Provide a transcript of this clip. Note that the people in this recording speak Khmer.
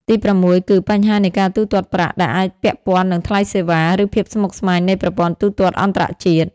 ទីប្រាំមួយ គឺ បញ្ហានៃការទូទាត់ប្រាក់ ដែលអាចពាក់ព័ន្ធនឹងថ្លៃសេវា ឬភាពស្មុគស្មាញនៃប្រព័ន្ធទូទាត់អន្តរជាតិ។